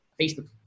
Facebook